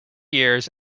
years